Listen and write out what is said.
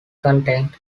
content